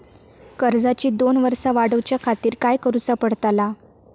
कर्जाची दोन वर्सा वाढवच्याखाती काय करुचा पडताला?